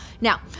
Now